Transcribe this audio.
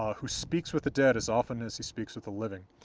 um who speaks with the dead as often as he speaks with the living,